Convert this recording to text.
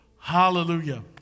Hallelujah